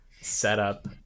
setup